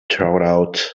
throughout